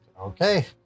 okay